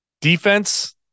defense